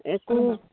এইটো